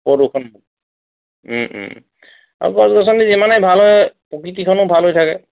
প্ৰদূষণ ওম ওম গছ গছ যিমানে ভাল হয় প্ৰকৃতিখনো ভাল হৈ থাকে